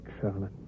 Charlotte